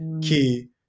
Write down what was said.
key